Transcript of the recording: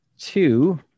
two